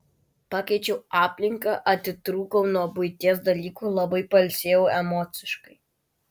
pakeičiau aplinką atitrūkau nuo buities dalykų labai pailsėjau emociškai